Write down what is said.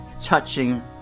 touching